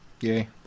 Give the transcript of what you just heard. Yay